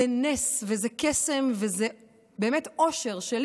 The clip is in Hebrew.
זה נס וזה קסם וזה באמת אושר שלי.